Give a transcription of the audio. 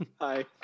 Hi